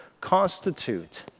constitute